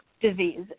disease